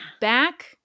back